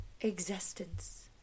existence